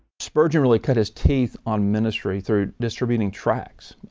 spurgeon really cut his teeth on ministry through distributing tracks.